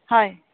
হয়